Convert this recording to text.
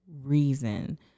reason